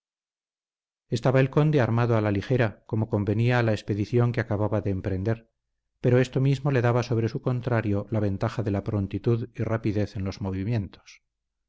estaba el conde armado a la ligera como convenía a la expedición que acababa de emprender pero esto mismo le daba sobre su contrario la ventaja de la prontitud y rapidez en los movimientos